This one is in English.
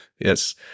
Yes